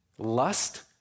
Lust